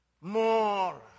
more